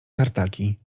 tartaki